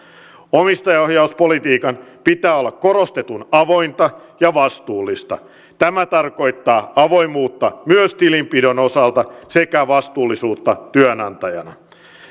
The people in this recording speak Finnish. omistajaohjauspolitiikan pitää olla korostetun avointa ja vastuullista tämä tarkoittaa avoimuutta myös tilinpidon osalta sekä vastuullisuutta työnantajana